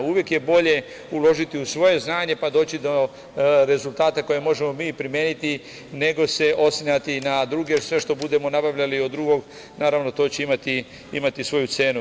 Uvek je bolje uložiti u svoje znanje, pa doći do rezultata koje možemo mi primeniti, nego se oslanjati na druge, jer sve što budemo nabavljali od drugog, naravno to će imati svoju cenu.